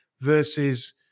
versus